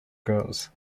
girls